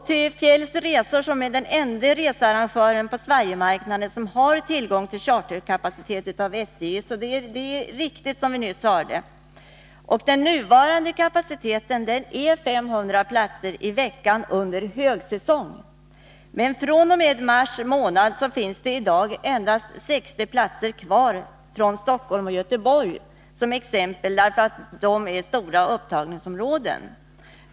Till Fjälls Resor är den ende researrangör på Sverigemarknaden som har tillgång till SJ:s charterkapacitet — vad vi nyss hörde är alltså riktigt. Den nuvarande kapaciteten är 500 platser i veckan under högsäsong. Men fr.o.m. mars månad 1983 finns det i dag endast 60 platser kvar när det gäller resor från t.ex. Stockholm och Göteborg, som är stora upptagningsområden.